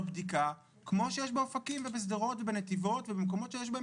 בדיקה כמו שיש באופקים ובשדרות או בנתיבות ובמקומות שיש בהם